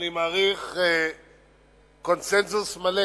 אני מעריך, קונסנזוס מלא